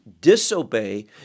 disobey